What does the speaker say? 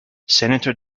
senator